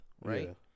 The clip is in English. right